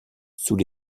sous